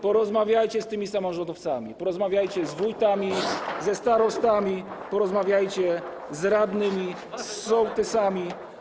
Porozmawiajcie z tymi samorządowcami, porozmawiajcie z wójtami, ze starostami, porozmawiajcie z radnymi, sołtysami.